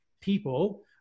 people